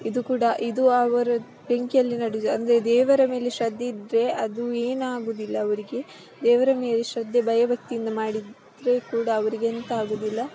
ಇದು ಕೂಡ ಇದು ಅವರು ಬೆಂಕಿಯಲ್ಲಿ ನಡಿಯೋದು ಅಂದರೆ ದೇವರ ಮೇಲೆ ಶ್ರದ್ಧೆ ಇದ್ದರೆ ಅದು ಏನಾಗುದಿಲ್ಲ ಅವರಿಗೆ ದೇವರ ಮೇಲೆ ಶ್ರದ್ಧೆ ಭಯ ಭಕ್ತಿಯಿಂದ ಮಾಡಿದರೆ ಕೂಡ ಅವರಿಗೆಂತ ಆಗೋದಿಲ್ಲ